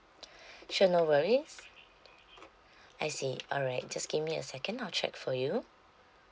sure no worries I see alright just give me a second I'll check for you